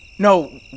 No